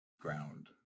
ground